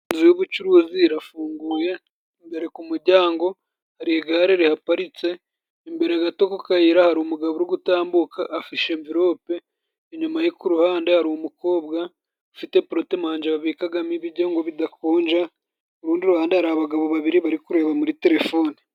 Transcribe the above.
Inzu y'ubucuruzi irafunguye, imbere ku mujyango hari igare rihaparitse, imbere gato ku kayira hari umugabo urigutambuka afishe amvelope ,inyuma ye ku ruhande hari umukobwa ufite porotomanje babikagamo ibijyo ngo bidakonja ,urundi ruhande hari abagabo babiri bari kureba muri telefone.